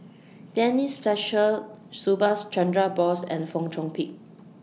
Denise Fletcher Subhas Chandra Bose and Fong Chong Pik